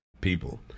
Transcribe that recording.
people